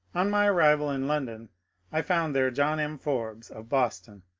on my arrival in london i found there john m. forbes of boston,